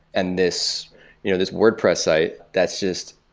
and this you know this wordpress site that's just